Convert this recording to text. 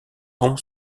bon